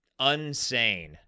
Unsane